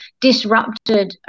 disrupted